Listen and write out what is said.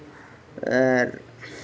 ᱮᱜ